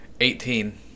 Eighteen